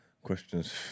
Questions